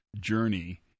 journey